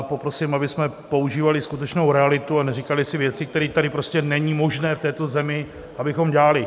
Poprosím, abychom používali skutečnou realitu, a neříkali si věci, které tady prostě není možné v této zemi abychom dělali.